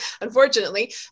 unfortunately